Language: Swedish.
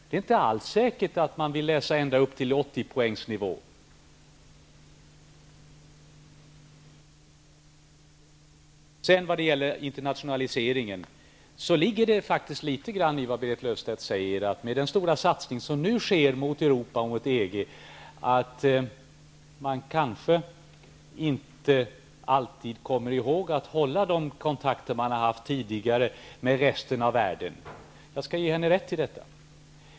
Det är inte alls säkert att man vill läsa ända upp till 80 När det gäller internationaliseringen ligger det faktiskt litet grand i det som Berit Löfstedt säger. Med den stora satsning som nu sker mot Europa och EG kanske man inte alltid kommer ihåg att hålla de kontakter man har haft tidigare med resten av världen. Jag skall ge henne rätt i detta.